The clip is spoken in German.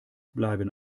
bleiben